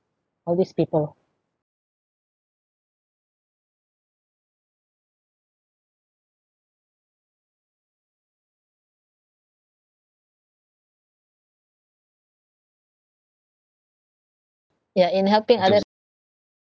all these people ya in helping others